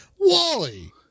Wally